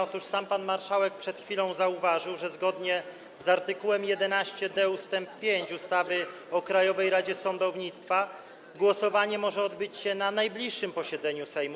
Otóż sam pan marszałek przed chwilą zauważył, że zgodnie z art. 11d ust. 5 ustawy o Krajowej Radzie Sądownictwa głosowanie może odbyć się na najbliższym posiedzeniu Sejmu.